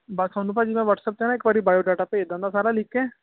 ਬਸ ਥੋਨੂੰ ਭਾਅ ਜੀ ਮੈਂ ਵਟਸਐਪ ਤੇ ਨਾ ਇੱਕ ਵਾਰੀ ਬਾਇਓਡਾਟਾ ਭੇਜ ਦਿੰਦਾ ਸਾਰਾ ਲਿਖ ਕੇ